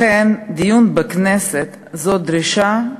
לכן, דיון בכנסת זאת דרישה,